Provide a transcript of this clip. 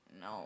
no